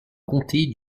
comté